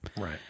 Right